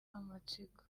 amatsiko